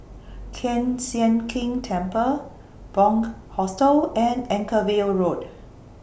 Kiew Sian King Temple Bunc Hostel and Anchorvale Road